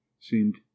seemed